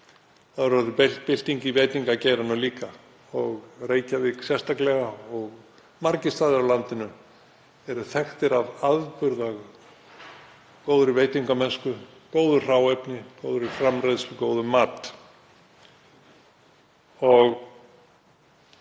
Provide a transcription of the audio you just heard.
Það hefur orðið bylting í veitingageiranum líka, í Reykjavík sérstaklega, og margir staðir á landinu eru þekktir af afburða góðri veitingamennsku, góðu hráefni, góðri framreiðslu, góðum mat.